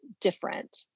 different